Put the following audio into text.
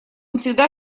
всегда